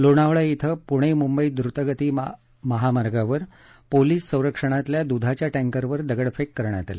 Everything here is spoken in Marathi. लोणावळा िक पुणे मुंबई द्वतगती मार्गावर पोलिस संरक्षणातल्या दुधाच्या टँकरवर दगडफेक करण्यात आली